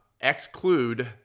exclude